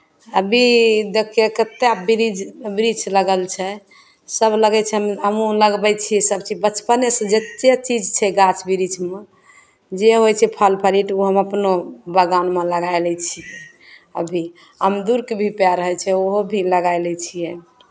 अभी देखियौ कतेक ब्रिज वृक्ष लगल छै सभ लगै छै हमहूँ लगबै छियै सभचीज बचपनेसँ जतेक चीज छै गाछ वृक्षमे जे होइ छै फल फरिट ओ हम अपनो बगानमे लगाए लै छियै अभी अमदुरके भी पेड़ होइ छै ओहो भी लगाए लै छियै